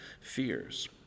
fears